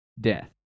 death